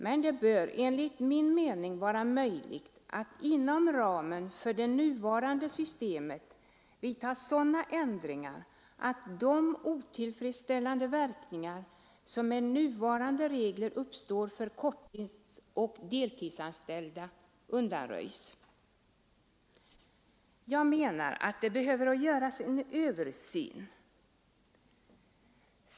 Men enligt min mening bör det vara möjligt att inom ramen för det nuvarande systemet vidta sådana ändringar att de otillfredsställande verkningar som uppstår med nuvarande regler för korttidsoch deltidsanställda undanröjs. Jag menar alltså att det behöver göras en översyn.